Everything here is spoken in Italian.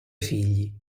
figli